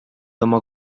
oma